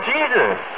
Jesus